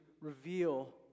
reveal